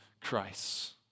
Christ